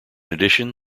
addition